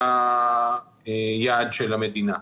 שזה היעד של המדינה.